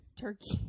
turkey